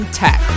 tech